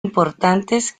importantes